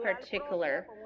particular